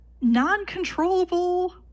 non-controllable